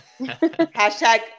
Hashtag